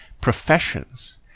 professions